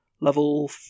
level